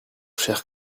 cher